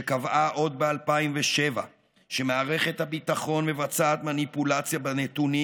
שקבעה עוד ב-2007 שמערכת הביטחון מבצעת מניפולציה בנתונים